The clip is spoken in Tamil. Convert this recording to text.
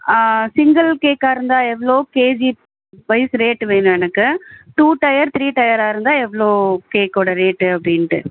ஆ சிங்கிள் கேக்காக இருந்தால் எவ்வளோ கேஜிஸ்வைஸ் ரேட்டு வேணும் எனக்கு டூ டயர் த்ரீ டயராக இருந்தால் எவ்வளோ கேக்கோடய ரேட்டு அப்படின்ட்டு